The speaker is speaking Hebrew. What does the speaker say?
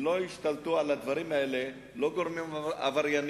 שלא ישתלטו על הדברים האלה לא גורמים עברייניים